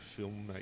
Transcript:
filmmaker